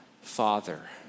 father